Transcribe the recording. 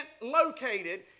located